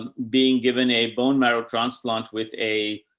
um being given a bone marrow transplant with a,